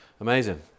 Amazing